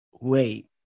wait